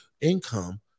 income